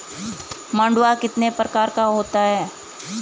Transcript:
मंडुआ कितने प्रकार का होता है?